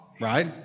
right